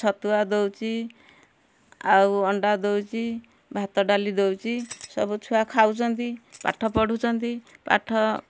ଛତୁଆ ଦଉଛି ଆଉ ଅଣ୍ଡା ଦଉଛି ଭାତ ଡାଲି ଦଉଛି ସବୁ ଛୁଆ ଖାଉଛନ୍ତି ପାଠପଢ଼ୁଛନ୍ତି ପାଠ